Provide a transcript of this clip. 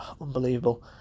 Unbelievable